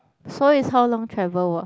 so is how long travel